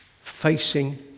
facing